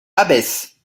abbesse